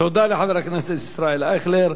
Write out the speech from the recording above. תודה לחבר הכנסת ישראל אייכלר.